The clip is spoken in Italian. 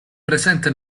presente